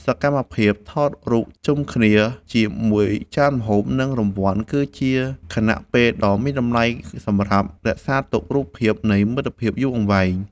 សកម្មភាពថតរូបជុំគ្នាជាមួយចានម្ហូប និងរង្វាន់ គឺជាខណៈពេលដ៏មានតម្លៃសម្រាប់រក្សាទុករូបថតនៃមិត្តភាពយូរអង្វែង។